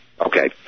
Okay